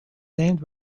named